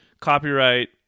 copyright